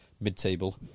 mid-table